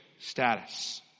status